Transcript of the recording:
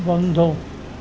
বন্ধ